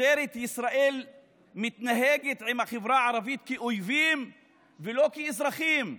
משטרת ישראל מתנהגת עם החברה הערבית כאויבים ולא כאזרחים.